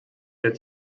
der